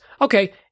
Okay